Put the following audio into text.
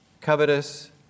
covetous